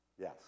Yes